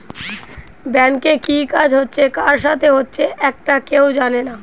ব্যাংকে কি কাজ হচ্ছে কার সাথে হচ্চে একটা কেউ জানে না